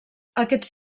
aquests